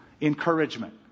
Encouragement